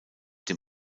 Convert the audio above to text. dem